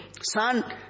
son